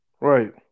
Right